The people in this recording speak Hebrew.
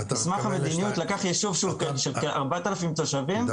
מסמך המדיניות לקח ישוב של כארבעת אלפים תושבים,